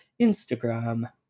Instagram